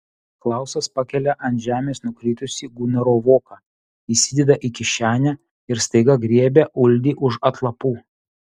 klausas pakelia ant žemės nukritusį gunaro voką įsideda į kišenę ir staiga griebia uldį už atlapų